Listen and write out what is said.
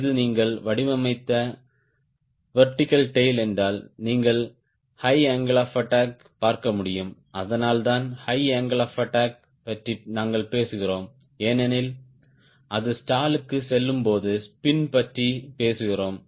இது நீங்கள் வடிவமைத்த வெர்டிகல் டேய்ல் என்றால் நீங்கள் ஹை அங்கிள் ஆப் அட்டாக் பார்க்க முடியும் அதனால்தான் ஹை அங்கிள் ஆப் அட்டாக் பற்றி நாங்கள் பேசுகிறோம் ஏனெனில் அது ஸ்டாலுக்குச் செல்லும் போது ஸ்பின் பற்றி பேசுகிறோம்